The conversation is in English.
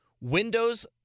windows